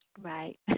Right